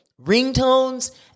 ringtones